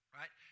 right